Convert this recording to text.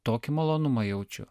tokį malonumą jaučiu